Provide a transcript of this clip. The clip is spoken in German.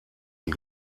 die